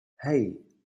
hey